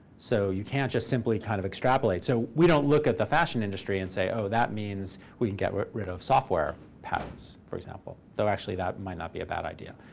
so you can't just simply kind of extrapolate. so we don't look at the fashion industry and say, oh, that means we can get rid of software patents, for example. though, actually, that might not be a bad idea.